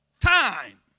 time